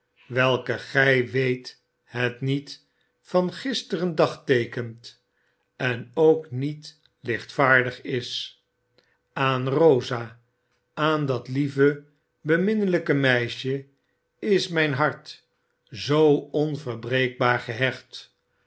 welke gij weet het niet van gisteren dagteekent en ook niet j lichtvaardig is aan rosa aan dat lieve bemin nelijke meisje is mijn hart zoo onverbreekbaar gehecht